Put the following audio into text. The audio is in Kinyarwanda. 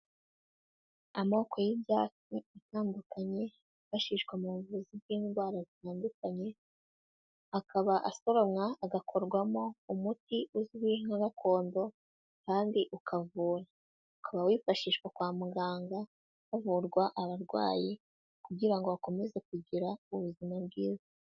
Amoko y'ibyatsi atandukanye yifashishwa mu buvuzi bw'indwara zitandukanye, akaba asoromwa agakorwamo umuti uzwi nka gakondo kandi ukavura. Ukaba wifashishwa kwa muganga havurwa abarwayi, kugira ngo bakomeze kugira ubuzima bwiza.